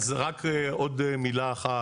אז רק עוד מילה אחת: